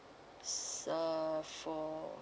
so four